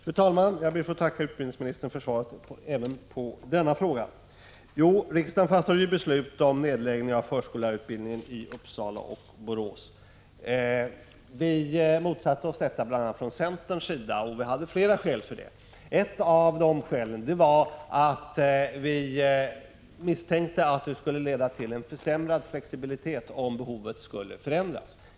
Fru talman! Jag ber att få tacka utbildningsministern för svaret även på denna fråga. Riksdagen fattade ju beslut om nedläggning av förskollärarutbildningen i Uppsala och Borås. Bl. a. centern motsatte sig detta av flera skäl. Ett av skälen var att vi misstänkte att nedläggningen skulle leda till en försämrad flexibilitet om behovet skulle förändras.